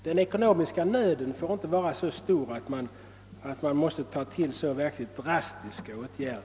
Den ekonomiska nöden får inte vara så stor att så drastiska åtgärder måste tillgri